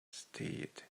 stayed